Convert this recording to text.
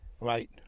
Right